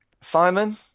Simon